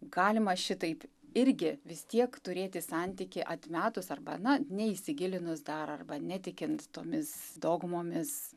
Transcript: galima šitaip irgi vis tiek turėti santykį atmetus arba na neįsigilinus dar arba netikint tomis dogmomis